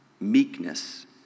meekness